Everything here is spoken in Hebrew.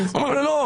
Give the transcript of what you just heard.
אומרים לו לא,